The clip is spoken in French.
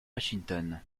washington